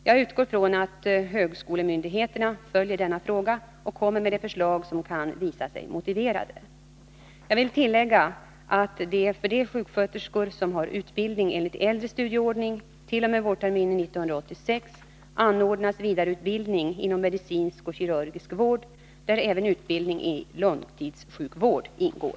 Jag utgår från att högskolemyndigheterna följer denna fråga och lägger fram de förslag som kan visa sig motiverade. Jag vill tillägga att det för de sjuksköterskor som har utbildning enligt äldre studieordning t.o.m. vårterminen 1986 anordnas vidareutbildning inom medicinsk och kirurgisk vård, där även utbildning i långtidssjukvård ingår.